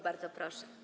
Bardzo proszę.